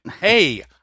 hey